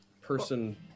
person